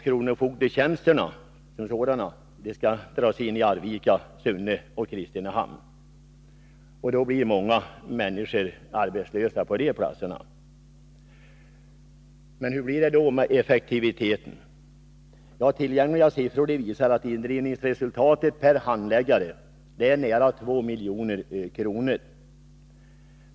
Kronofogdetjänsterna som sådana dras in i Arvika, Sunne och Kristinehamn, och då blir många människor arbetslösa på dessa platser. Hur blir det då med effektiviteten? Tillgängliga siffror visar att indrivningsresultatet per handläggare är nära 2 milj.kr.